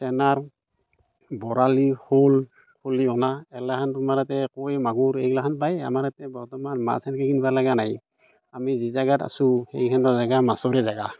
চেঙাৰ বৰালি শ'ল খলিহনা এইগিলাহেন তোমাৰ এতে একোৱেই মাগুৰ এইগিলাখন পায় আমাৰ ইয়াতে বৰ্তমান মাছ সেনেকৈ কিনিব লগা নাই আমি যি জেগাত আছোঁ সেইখনতো জেগা মাছৰেই জেগা